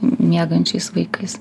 miegančiais vaikais